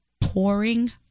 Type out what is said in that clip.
pouring